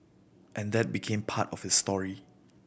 and that became part of his story